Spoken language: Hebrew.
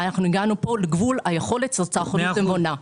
ואנחנו הגענו לגבול היכולת של צרכנות נבונה.